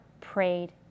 prayed